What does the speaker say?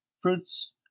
fruits